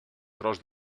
tros